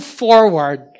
forward